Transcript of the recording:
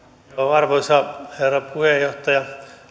arvoisa herra puheenjohtaja